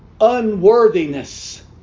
unworthiness